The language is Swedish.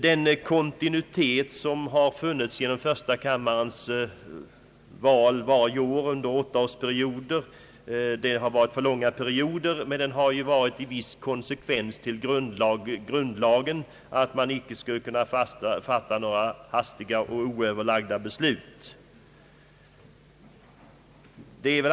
Den kontinuitet som har funnits genom att första kammarens ledamöter valts för åttaårsperioder — det har varit en alltför lång tid — har varit ett uttryck för grundlagsstiftarnas uppfattning att det gällde att förhindra förhastade och oöverlagda beslut.